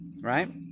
right